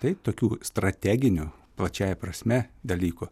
taip tokių strateginių plačiąja prasme dalykų